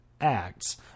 acts